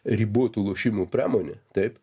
ribotų lošimų pramonė taip